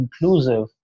inclusive